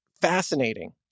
fascinating